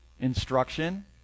Instruction